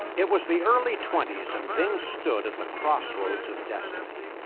it was the early twenty s and bing stood at the crossroads of destiny.